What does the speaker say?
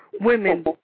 women